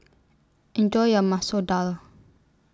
Enjoy your Masoor Dal